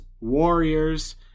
Warriors